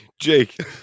Jake